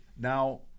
now